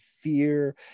fear